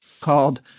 called